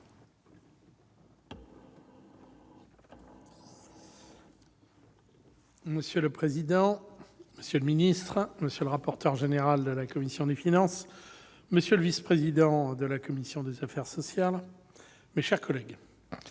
Monsieur le président, monsieur le ministre, monsieur le rapporteur général de la commission des finances, monsieur le vice-président de la commission des affaires sociales, mes chers collègues,